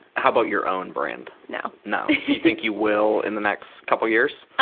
how about your own brand? no. no. do you think you will in the next couple years?